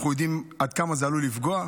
אנחנו יודעים עד כמה זה עלול לפגוע.